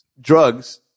drugs